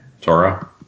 Tora